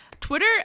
Twitter